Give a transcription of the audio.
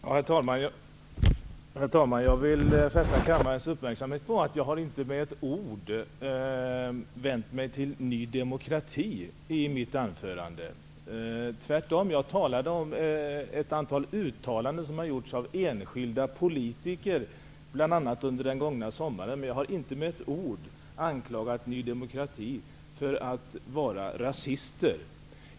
Herr talman! Jag vill fästa kammarens uppmärksamhet på att jag inte med ett ord har vänt mig mot Ny demokrati i mitt anförande. Tvärtom återgav jag några uttalanden som har gjorts av enskilda politiker, bl.a. under den gångna sommaren. Men jag har inte med ett ord anklagat Ny demokratis företrädare för att vara rasister.